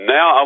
Now